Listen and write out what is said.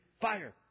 fire